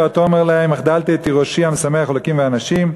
ותאמר להם: החדלתי את תירושי המשמח אלוקים ואנשים.